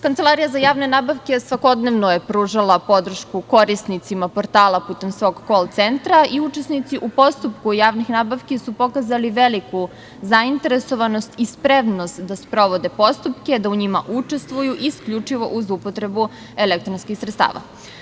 Kancelarija za javne nabavke svakodnevno je pružala podršku korisnicima portala putem svog kol-centra i učesnici u postupku javnih nabavki su pokazali veliku zainteresovanost i spremnost da sprovode postupke, da u njima učestvuju, isključivo uz upotrebu elektronskih sredstava.